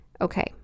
Okay